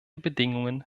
bedingungen